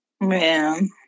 man